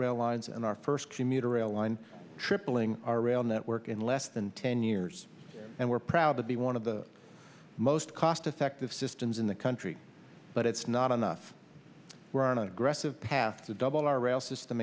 rail lines and our first commuter rail line tripling our rail network in less than ten years and we're proud to be one of the most cost effective systems in the country but it's not enough we're on an aggressive path to double our rail system